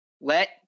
Let